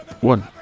One